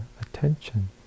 attention